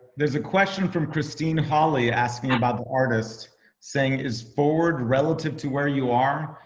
there's a question from christine holly asking about the artist saying is forward relative to where you are.